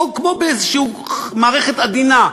כמו באיזושהי מערכת עדינה,